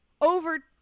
over